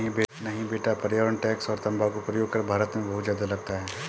नहीं बेटा पर्यावरण टैक्स और तंबाकू प्रयोग कर भारत में बहुत ज्यादा लगता है